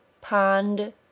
Pond